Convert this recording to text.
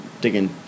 digging